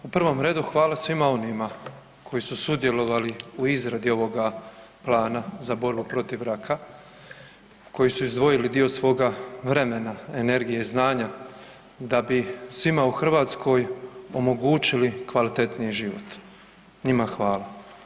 U prvom redu hvala svima onima koji su sudjelovali u izradi ovoga plana za borbu protiv raka, koji su izdvojili dio svoga vremena, energije, znanja, da bi svima u Hrvatskoj omogućili kvalitetniji život, njima hvala.